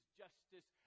justice